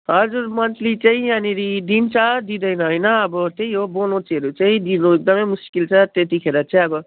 हजुर मन्थ्ली चाहिँ यहाँनिर दिन्छ दिँदैन होइन अब त्यही हो बोनसहरू चाहिँ दिनु एकदमै मुस्किल छ त्यतिखेर चाहिँ अब